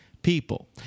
people